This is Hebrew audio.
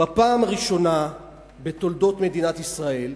בפעם הראשונה בתולדות מדינת ישראל,